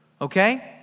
Okay